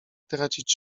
tracić